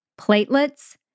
platelets